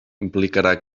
implicarà